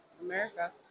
America